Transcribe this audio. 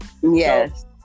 Yes